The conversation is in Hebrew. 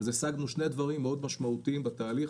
השגנו שני דברים מאוד משמעותיים בתהליך